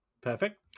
Perfect